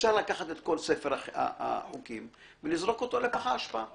אפשר לקחת את כל ספר החוקים ולזרוק אותו לפח האשפה.